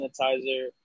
sanitizer